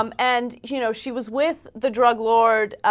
um and you know she was with the drug war ah.